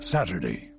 Saturday